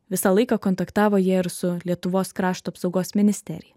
visą laiką kontaktavo jie ir su lietuvos krašto apsaugos ministerija